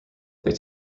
they